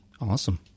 Awesome